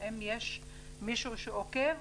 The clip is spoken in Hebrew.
האם יש מישהו שעוקב,